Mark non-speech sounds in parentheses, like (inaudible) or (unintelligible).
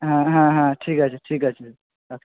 হ্যাঁ হ্যাঁ হ্যাঁ ঠিক আছে ঠিক আছে (unintelligible)